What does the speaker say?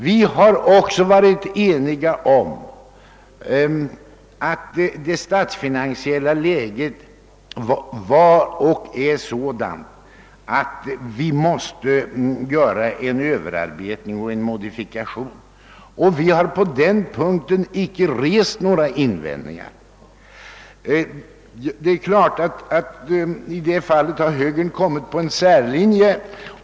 Likaså är vi eniga om att det statsfinansiella läget var och är sådant att vi måste företa en överarbetning och en modifikation. På den punkten har vi inte rest några invändningar. Där har emellertid högern gått på en särlinje.